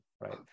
right